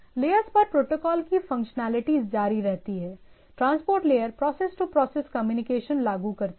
layers पर protocol की functionality जारी रहती है transport layer process to process communication लागू करता है